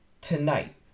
tonight